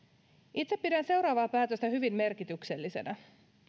itse pidän seuraavaa päätöstä hyvin merkityksellisenä